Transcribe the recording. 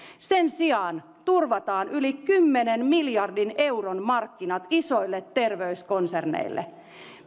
sen sijaan turvataan yli kymmenen miljardin euron markkinat isoille terveyskonserneille